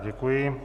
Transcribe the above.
Děkuji.